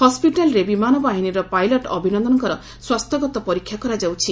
ହସ୍ପିଟାଲରେ ବିମାନବାହିନୀ ଓ ପାଇଲଟ୍ ଅଭିନନ୍ଦନଙ୍କର ସ୍ୱାସ୍ଥ୍ୟଗତ ପରୀକ୍ଷା କରାଯାଉଛି